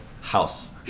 house